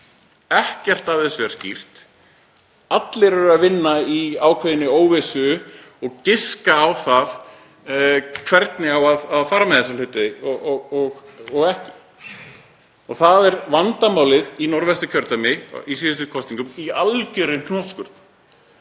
Ekkert af þessu er skýrt. Allir eru að vinna í ákveðinni óvissu og giska á það hvernig á að fara með þessa hluti og ekki. Það er vandamálið í Norðvesturkjördæmi í síðustu kosningum í algjörri hnotskurn.